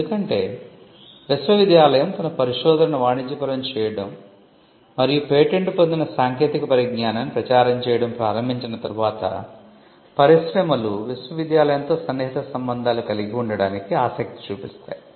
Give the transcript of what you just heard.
ఎందుకంటే విశ్వవిద్యాలయం తన పరిశోధనను వాణిజ్యపరం చేయడం మరియు పేటెంట్ పొందిన సాంకేతిక పరిజ్ఞానాన్ని ప్రచారం చేయడం ప్రారంభించిన తర్వాత పరిశ్రమలు విశ్వవిద్యాలయంతో సన్నిహిత సంబంధాలు కలిగి ఉండటానికి ఆసక్తి చూపిస్తాయి